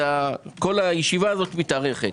וכל הישיבה הזאת מתארכת.